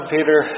Peter